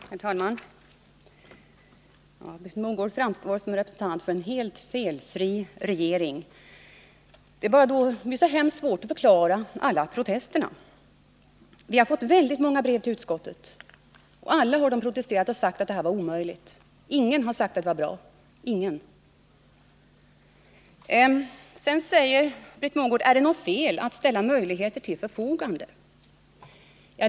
Herr talman! Britt Mogård försöker framstå som representant för en helt felfri regering. Det blir då bara så hemskt svårt att förklara alla protesterna. Vi har fått väldigt många brev till utskottet. Alla som skrivit har protesterat och sagt att vad regeringen föreslår är omöjligt. Ingen har sagt att det är bra — ingen. Sedan säger Britt Mogård: Är det något fel att ställa möjligheter till förfogande?